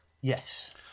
yes